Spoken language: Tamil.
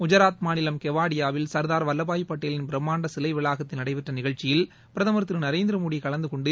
குஜராத் மாநிலம் கெவாடியாவில் சர்தார் வல்லபாய் பட்டேலின் பிரம்மாண்ட சிலை வளாகத்தில் நடைபெற்ற நிகழ்ச்சியில் பிரதமர் திரு நரேந்திர மோடி கலந்துகொண்டு